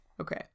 Okay